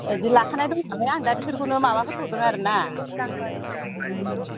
बिदि लाखानाय दं नालाय आं बिसोरखौनो मावहोथ'दों आरोना